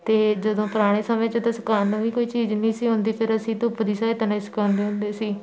ਅਤੇ ਜਦੋਂ ਪੁਰਾਣੇ ਸਮੇਂ 'ਚ ਤਾਂ ਸੁਕਾਉਣ ਨੂੰ ਵੀ ਕੋਈ ਚੀਜ਼ ਨਹੀਂ ਸੀ ਹੁੰਦੀ ਫਿਰ ਅਸੀਂ ਧੁੱਪ ਦੀ ਸਹਾਇਤਾ ਨਾਲ ਹੀ ਸਕਾਉਂਦੇ ਹੁੰਦੇ ਸੀ